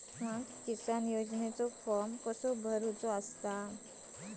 स्माम किसान योजनेचो फॉर्म कसो भरायचो?